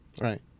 Right